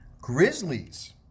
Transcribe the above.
Grizzlies